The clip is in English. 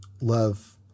love